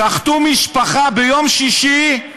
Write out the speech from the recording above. שחטו משפחה ביום שישי, כן?